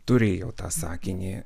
turi jau tą sakinį